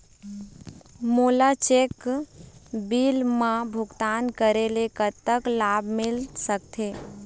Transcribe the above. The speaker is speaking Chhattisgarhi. मोला चेक बिल मा भुगतान करेले कतक लाभ मिल सकथे?